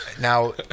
Now